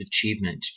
Achievement